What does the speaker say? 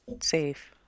safe